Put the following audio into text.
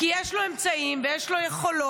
כי יש לו אמצעים ויש לו יכולות,